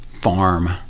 farm